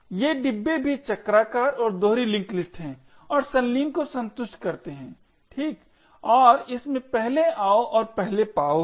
ये डिब्बे भी चक्राकार और दोहरी लिंक लिस्ट हैं और संलीन को संतुष्ट करते हैं ठीक और इसमेंपहले आओ और पहले पाओ है